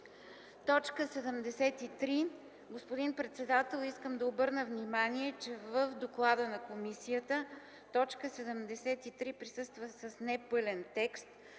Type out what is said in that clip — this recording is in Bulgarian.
от дивеч.” Господин председател, искам да обърна внимание, че в доклада на комисията т. 73 присъства с непълен текст.